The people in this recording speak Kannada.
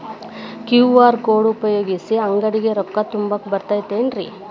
ಕ್ಯೂ.ಆರ್ ಕೋಡ್ ಉಪಯೋಗಿಸಿ, ಅಂಗಡಿಗೆ ರೊಕ್ಕಾ ತುಂಬಾಕ್ ಬರತೈತೇನ್ರೇ?